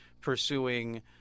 pursuing